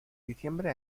diciembre